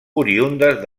oriündes